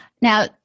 now